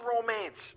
romance